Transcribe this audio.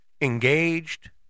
engaged